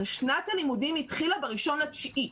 אבל שנת הלימודים התחילה ב-1 בספטמבר,